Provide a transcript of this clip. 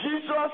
Jesus